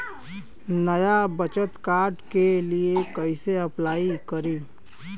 नया बचत कार्ड के लिए कइसे अपलाई करी?